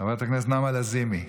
חברת הכנסת נעמה לזימי,